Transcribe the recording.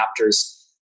adapters